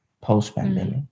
post-pandemic